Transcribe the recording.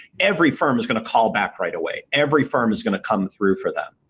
every firm is going to call back right away. every firm is going to come through for them.